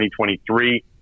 2023